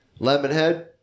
Lemonhead